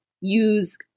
use